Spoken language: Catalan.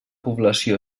població